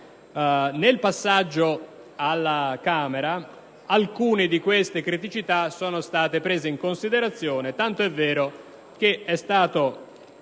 Nel passaggio alla Camera dei deputati, alcune di queste criticità sono state prese in considerazione, tanto è vero che è stato